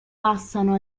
passano